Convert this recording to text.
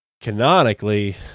canonically